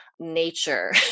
nature